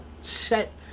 set